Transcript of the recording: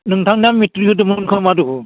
नोंथांना मेट्रिक होदोंमोन खोमा दुहु